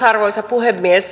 arvoisa puhemies